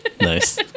Nice